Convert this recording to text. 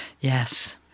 Yes